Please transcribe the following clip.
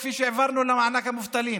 כפי שהעברנו למענק למובטלים,